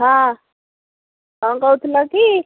ହଁ କ'ଣ କହୁଥିଲ କି